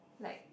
like